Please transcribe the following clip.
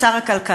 את שר הכלכלה.